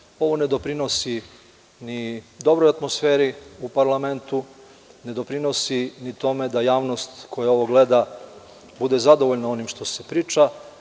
Mislim da ovo ne doprinosi ni dobroj atmosferi u parlamentu, ne doprinosi ni tome da javnost koja ovo gleda bude zadovoljna onim što se priča.